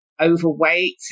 overweight